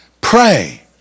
pray